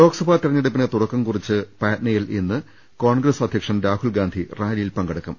ലോക്സഭാ തെരഞ്ഞെടുപ്പിന് തുടക്കം കുറിച്ച പാറ്റ്ന യിൽ ഇന്ന് കോൺഗ്രസ് അധ്യക്ഷൻ രാഹുൽ ഗാന്ധി റാലിയിൽ പങ്കെടുക്കും